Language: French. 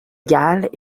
galles